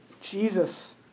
Jesus